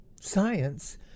Science